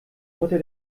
mutter